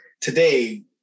today